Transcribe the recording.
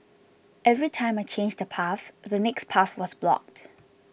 every time I changed a path the next path was blocked